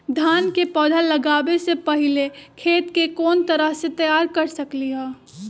धान के पौधा लगाबे से पहिले खेत के कोन तरह से तैयार कर सकली ह?